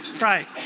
Right